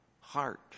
heart